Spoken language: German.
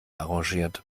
arrangiert